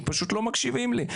פשוט לא מקשיבים לי,